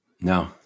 No